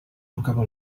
acaba